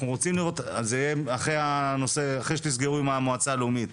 זה יהיה אחרי שתסגרו עם המועצה הלאומית.